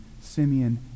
Simeon